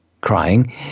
crying